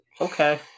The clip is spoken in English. Okay